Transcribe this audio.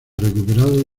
recuperado